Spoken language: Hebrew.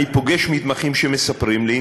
אני פוגש מתמחים שמספרים לי,